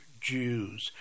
Jews